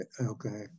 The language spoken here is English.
Okay